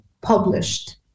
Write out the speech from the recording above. published